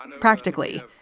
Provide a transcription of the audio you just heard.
Practically